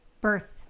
birth